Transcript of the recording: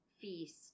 feast